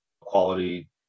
quality